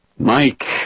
Mike